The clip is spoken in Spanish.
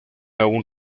aún